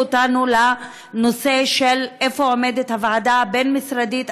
אותנו לנושא של איפה עומדת הוועדה הבין-משרדית,